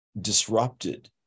disrupted